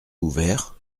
ouvert